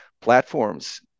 platforms